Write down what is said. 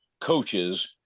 coaches